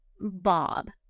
Bob